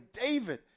David